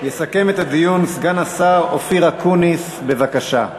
יסכם את הדיון סגן השר אופיר אקוניס, בבקשה.